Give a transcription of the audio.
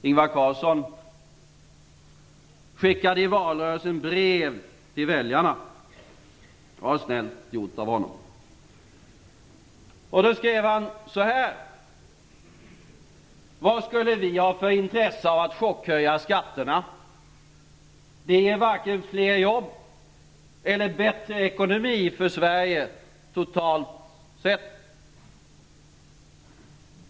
Ingvar Carlsson skickade i valrörelsen brev till väljarna. Det var snällt gjort av honom. Han skrev: Vad skulle vi ha för intresse av att chockhöja skatterna? Det ger varken fler jobb eller bättre ekonomi för Sverige totalt sett.